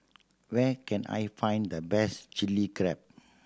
where can I find the best Chilli Crab